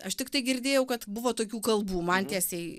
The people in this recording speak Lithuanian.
aš tiktai girdėjau kad buvo tokių kalbų man tiesiai